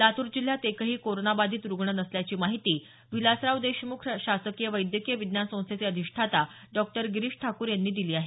लातूर जिल्ह्यात एकही कोरोनाबाधित रुग्ण नसल्याची माहिती विलासराव देशम्ख शासकीय वैद्यकीय विज्ञान संस्थेचे अशिष्ठाता डॉक्टर गिरीश ठाकूर यांनी दिली आहे